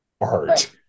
art